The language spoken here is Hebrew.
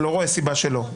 אני לא רואה סיבה שלא.